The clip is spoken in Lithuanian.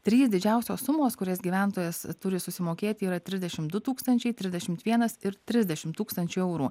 trys didžiausios sumos kurias gyventojas turi susimokėti yra trisdešim du tūkstančiai trisdešimt vienas ir trisdešim tūkstančių eurų